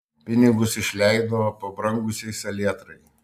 pinigus išleido pabrangusiai salietrai